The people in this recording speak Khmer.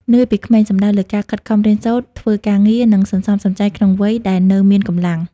«នឿយពីក្មេង» សំដៅលើការខិតខំរៀនសូត្រ ធ្វើការងារ និងសន្សំសំចៃក្នុងវ័យដែលនៅមានកម្លាំង។